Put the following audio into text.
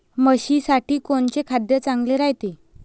म्हशीसाठी कोनचे खाद्य चांगलं रायते?